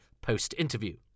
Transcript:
post-interview